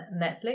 Netflix